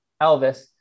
Elvis